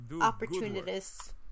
opportunist